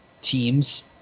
teams